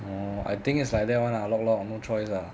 orh I think is like that [one] ah lok lok no choice lah